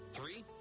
Three